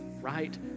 right